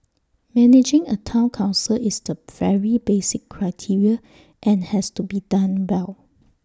managing A Town Council is the very basic criteria and has to be done well